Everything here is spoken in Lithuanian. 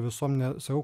visuomenę sakau